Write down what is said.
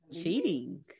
cheating